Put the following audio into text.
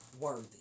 worthy